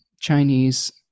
Chinese